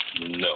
No